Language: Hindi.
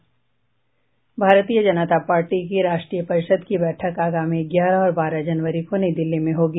भारतीय जनता पार्टी की राष्ट्रीय परिषद की बैठक आगामी ग्यारह और बारह जनवरी को नई दिल्ली में होगी